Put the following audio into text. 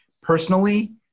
Personally